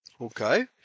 Okay